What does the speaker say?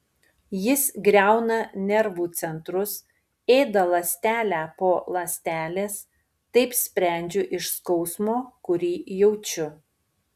jis griauna nervų centrus ėda ląstelę po ląstelės taip sprendžiu iš skausmo kurį jaučiu